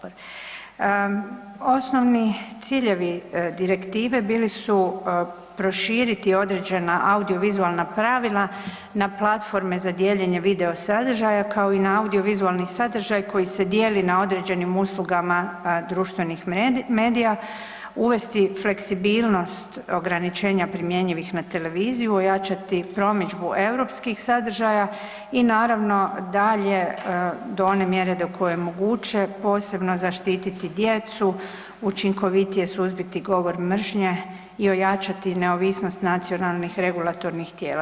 Osnovni ciljevi direktive bili su prošiti određena audio-vizualna pravila na platforme za dijeljenje video sadržaja, kao i na audio-vizualni sadržaj koji se dijeli na određenim uslugama društvenih medija, uvesti fleksibilnost ograničenja primjenjivih na televiziju, ojačati promidžbu europskih sadržaja i naravno, dalje do one mjere koje omoguće, posebno zaštiti djecu, učinkovitije suzbiti govor mržnje i ojačati neovisnost nacionalnih regulatornih tijela.